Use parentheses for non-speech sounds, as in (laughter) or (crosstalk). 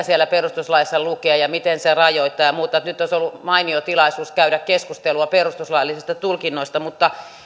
(unintelligible) siellä perustuslaissa lukee ja miten se rajoittaa ja muuta nyt olisi ollut mainio tilaisuus käydä keskustelua perustuslaillisista tulkinnoista mutta